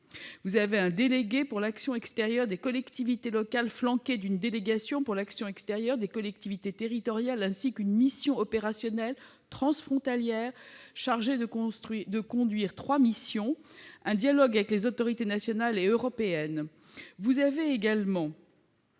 un délégué pour l'action extérieure des collectivités territoriales, flanqué d'une délégation pour l'action extérieure des collectivités territoriales, ainsi qu'une mission opérationnelle transfrontalière chargée de conduire trois missions, dans un dialogue avec les autorités nationales et européennes. Vous trouvez également